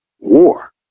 war